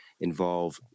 involve